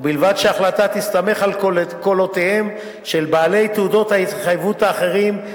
ובלבד שההחלטה תסתמך על קולותיהם של בעלי תעודות ההתחייבות האחרים,